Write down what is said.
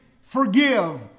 forgive